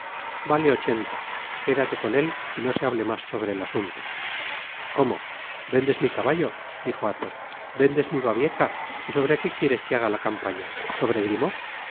vale ochenta quédate con él y no se hable mas sobre el asunto i i tflrców vendes mi caballo dijo athos vendes mi babieca y sobre qué quieres que haga la campaña sobre grimaud